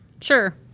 Sure